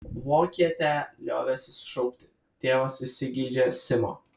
vokietę liovęsis šaukti tėvas įsigeidžia simo